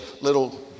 Little